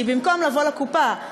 כי במקום לבוא לקופה,